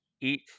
eat